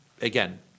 again